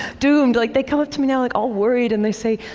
doomed! like, they come up to me now, like all worried, and they say,